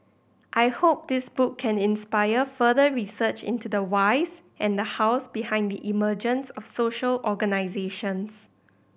I hope this book can inspire further research into the whys and the hows behind the emergence of social organisations